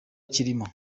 kirimo